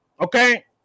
okay